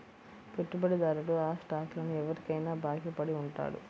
పెట్టుబడిదారుడు ఆ స్టాక్లను ఎవరికైనా బాకీ పడి ఉంటాడు